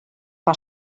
per